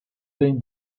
been